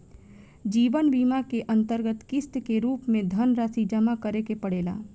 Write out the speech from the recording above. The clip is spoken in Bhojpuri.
जीवन बीमा के अंतरगत किस्त के रूप में धनरासि जमा करे के पड़ेला